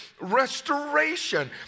restoration